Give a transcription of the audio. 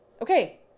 Okay